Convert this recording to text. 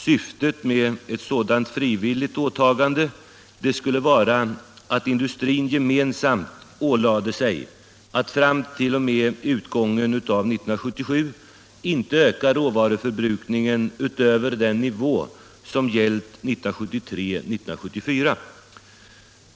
Syftet med ett sådant frivilligt åtagande skulle vara att industrin gemensamt ålade sig att fram t.o.m. utgången av 1977 inte öka råvaruförbrukningen utöver den nivå som gällt 1973-1974.